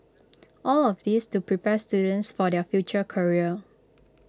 all of this to prepare students for their future career